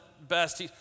best